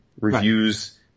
reviews